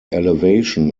elevation